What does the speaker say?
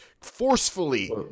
forcefully